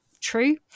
true